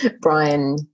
brian